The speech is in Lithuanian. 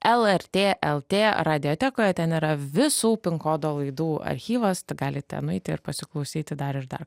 lrt lt radijotekoje ten yra visų pin kodo laidų archyvas galite nueiti ir pasiklausyti dar ir dar